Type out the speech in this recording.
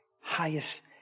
highest